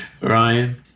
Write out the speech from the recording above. Ryan